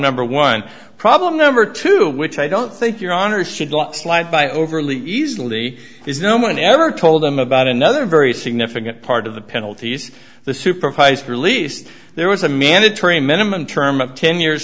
number one problem number two which i don't think your honor should let slide by overly easily is no one ever told them about another very significant part of the penalties the supervised release there was a mandatory minimum term of ten years